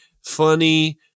funny